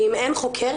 ואם אין חוקר,